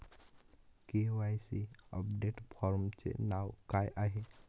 KYC update फॉर्मचे नाव काय आहे?